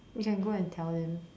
you can go and tell them